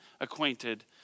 acquainted